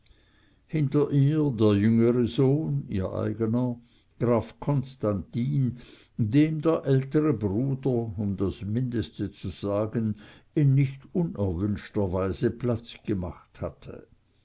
hinter ihr der jüngere sohn ihr eigener graf konstantin dem der ältere bruder um das mindeste zu sagen in nicht unerwünschter weise platz gemacht hatte